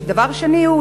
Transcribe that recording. דבר שני,